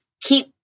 keep